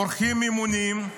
עורכים אימונים,